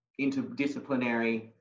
interdisciplinary